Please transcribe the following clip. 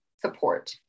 support